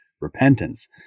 repentance